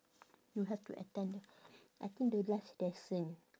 you have to attend the I think the last lesson